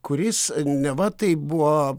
kuris neva tai buvo